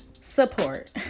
support